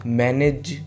manage